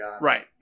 Right